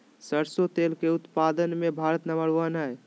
सरसों तेल के उत्पाद मे भारत नंबर वन हइ